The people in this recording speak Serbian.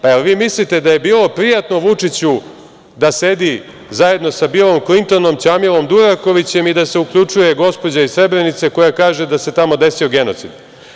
Pa jel vi mislite da bilo prijatno Vučiću da sedi zajedno sa Bilom Klintonom, Ćamilom Durakovićem i da se uključuje gospođa iz Srebrenice koja kaže da se tamo desio genocid?